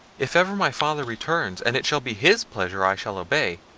if ever my father returns, and it shall be his pleasure, i shall obey,